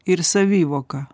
ir savivoką